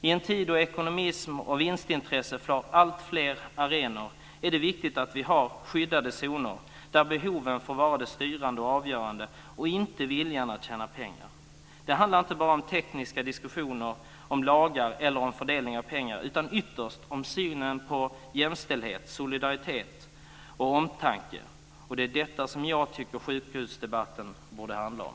I en tid då ekonomism och vinstintresse får alltfler arenor är det viktigt att vi har skyddade zoner där behoven, inte viljan att tjäna pengar, får vara det styrande och avgörande. Det handlar inte bara om tekniska diskussioner om lagar eller fördelning av pengar, utan ytterst handlar det om synen på jämställdhet, solidaritet och omtanke. Det är detta som jag tycker att sjukhusdebatten borde handla om.